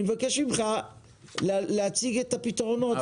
אני מבקש ממך להציג את הפתרונות.